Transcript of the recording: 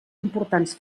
importants